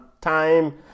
time